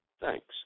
thanks